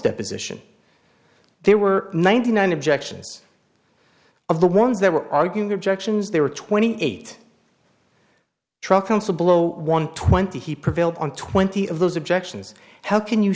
deposition there were ninety nine objections of the ones that were arguing objections there were twenty eight truck constable one twenty he prevailed on twenty of those objections how can you